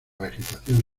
vegetación